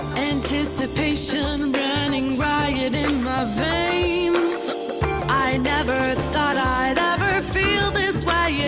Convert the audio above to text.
anticipation running riot in my veins i never thought i'd ever feel this way yeah